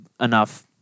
enough